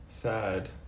Sad